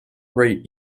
rate